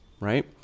right